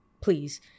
please